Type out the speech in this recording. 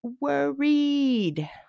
worried